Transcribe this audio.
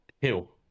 Hill